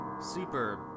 super